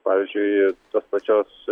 pavyzdžiui tos pačios